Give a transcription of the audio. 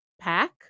pack